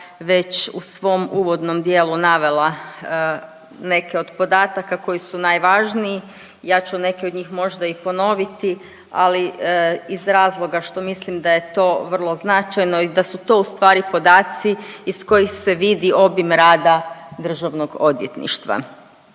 već u svom uvodnom dijelu navela neke od podataka koji su najvažniji, ja ću neke od njih možda i ponoviti, ali iz razloga što mislim da je to vrlo značajno i da su to ustvari podaci iz kojih se vidi obim rada DORH-a. Ono što